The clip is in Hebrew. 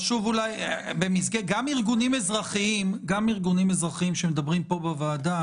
גם ארגונים אזרחיים שמדברים פה בוועדה,